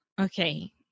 Okay